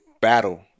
battle